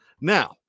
Now